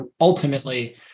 ultimately